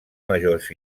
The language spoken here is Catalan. majors